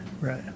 right